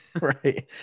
right